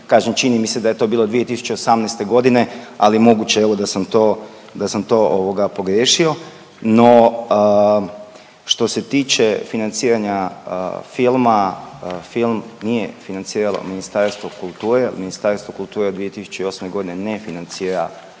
kažem, čini mi se da je to bilo 2018. g., ali moguće evo da sam to, da sam to, ovoga, pogriješio, no što se tiče financiranja filma, film nije financiralo Ministarstvo kulture, Ministarstvo kulture od 2008. g. ne financira